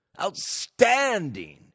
outstanding